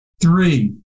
Three